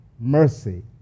mercy